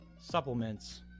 supplements